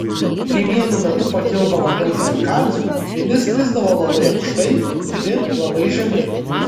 kai vienu metu pakildavo daug kamikadzių vieni skrisdavo labai aukštai kiti labai žemai